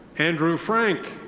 andrew frank.